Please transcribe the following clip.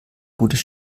gutes